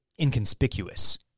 inconspicuous